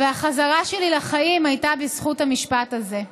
והחזרה שלי לחיים הייתה בזכות המשפט הזה.